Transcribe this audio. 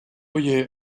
oye